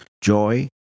Joy